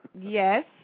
Yes